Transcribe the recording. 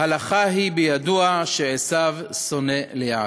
"הלכה היא בידוע שעשיו שונא ליעקב".